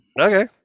Okay